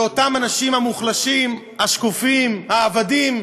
ואותם אנשים המוחלשים, השקופים, העבדים,